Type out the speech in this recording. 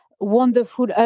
wonderful